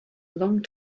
long